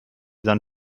sein